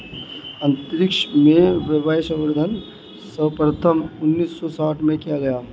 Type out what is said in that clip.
अंतरिक्ष में वायवसंवर्धन सर्वप्रथम उन्नीस सौ साठ में किया गया